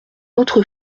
autre